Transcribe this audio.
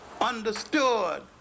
understood